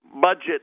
budget